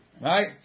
right